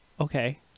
Okay